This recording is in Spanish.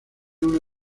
una